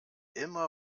immer